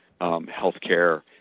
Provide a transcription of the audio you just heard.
healthcare